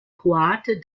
kroate